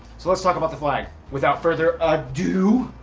so let's talk about the flag! without further ado!